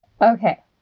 Okay